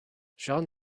sean